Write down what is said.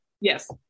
Yes